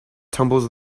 tumbles